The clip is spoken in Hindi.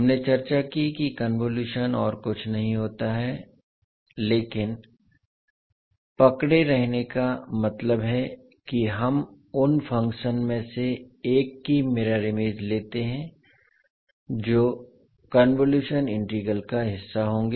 हमने चर्चा की कि कन्वोलुशन और कुछ नहीं होता है लेकिन पकड़े रहने का मतलब है कि हम उन फंक्शन में से एक की मिरर इमेज लेते हैं जो कन्वोलुशन इंटीग्रल का हिस्सा होंगे